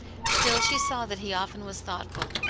still she saw that he often was thoughtful,